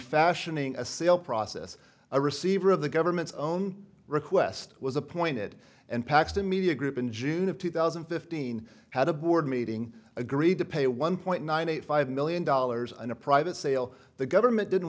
fashioning a sale process a receiver of the government's own request was appointed and paxton media group in june of two thousand and fifteen had a board meeting agreed to pay one point nine eight five million dollars in a private sale the government didn't